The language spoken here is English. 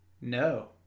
No